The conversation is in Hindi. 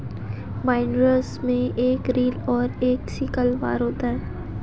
बाइंडर्स में एक रील और एक सिकल बार होता है